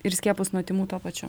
ir skiepus nuo tymų tuo pačiu